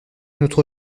notre